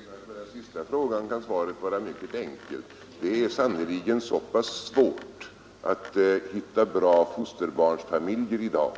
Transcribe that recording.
Herr talman! På den sista frågan kan svaret vara mycket enkelt. Det är sannerligen så pass svårt att hitta bra fosterbarnsfamiljer i dag